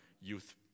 youth